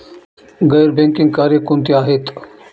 गैर बँकिंग कार्य कोणती आहेत?